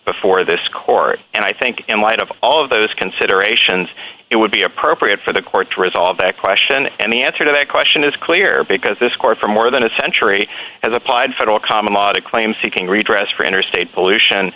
before this court and i think in light of all of those considerations it would be appropriate for the court to resolve that question and the answer to that question is clear because this court for more than a century has applied federal common law to claim seeking redress for interstate pollution